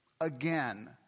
Again